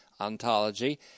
ontology